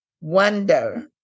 wonder